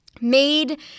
made